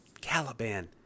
Caliban